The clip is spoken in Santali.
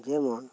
ᱡᱮᱢᱚᱱ